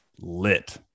lit